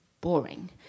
boring